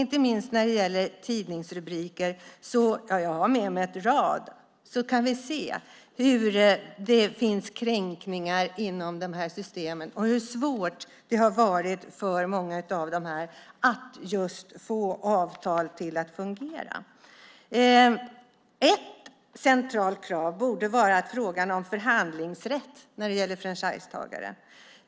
Inte minst i tidningsrubriker kan vi se hur dessa system är kränkande och hur svårt det har varit för många franchisetagare att få fungerande avtal. Ett centralt krav borde vara frågan om förhandlingsrätt för franchisetagare.